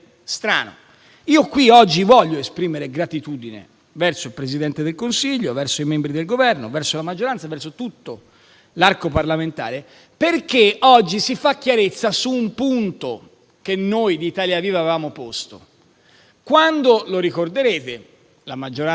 Io qui, oggi, voglio esprimere gratitudine verso il Presidente del Consiglio, verso i membri del Governo, verso la maggioranza, verso tutto l'arco parlamentare, perché oggi si fa chiarezza su un punto che noi di Italia Viva avevamo posto. Quando, lo ricorderete, perché la maggioranza